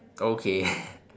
okay